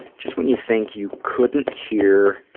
just when you think you couldn't hear